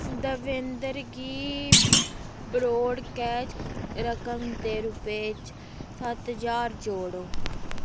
देविंदर गी ब्रोड़रेज रकम दे रूपै च सत्त ज्हार जोड़ो